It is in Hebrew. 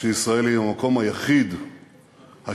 שישראל היא המקום היחיד השקט,